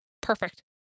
perfect